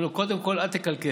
אומרים לו: קודם כול אל תקלקל,